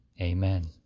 amen